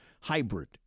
Hybrid